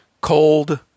cold